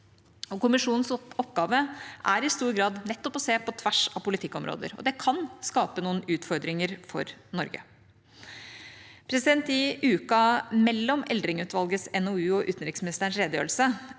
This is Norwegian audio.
Kommisjonens oppgave er i stor grad nettopp å se på tvers av politikkområder, og det kan skape noen utfordringer for Norge. I uken mellom Eldring-utvalgets NOU og utenriksministerens redegjørelse